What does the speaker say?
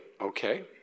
okay